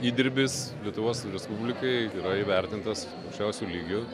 įdirbis lietuvos respublikai yra įvertintas aukščiausiu lygiu